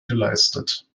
geleistet